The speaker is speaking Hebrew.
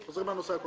חוזרים לדיון הקודם.